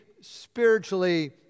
spiritually